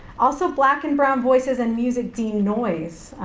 also, black and brown voices in music deemed noise,